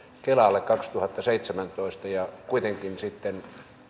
kelalle kaksituhattaseitsemäntoista ja kuitenkin sitten